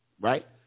right